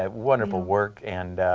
um wonderful work and